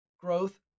Growth